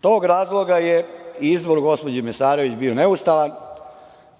tog razloga je i izbor Nate Mesarović bio neustavan